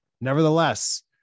Nevertheless